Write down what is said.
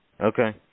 Okay